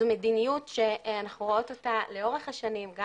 זו מדיניות שאנחנו רואות אותה לאורך השנים גם